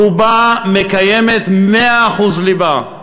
רובה מקיימת 100% ליבה,